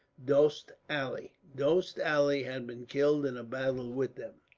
dost ali. dost ali had been killed in a battle with them,